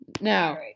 Now